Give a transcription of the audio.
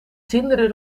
zinderde